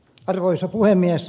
arvoisa puhemies